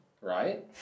right